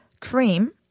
cream